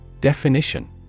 Definition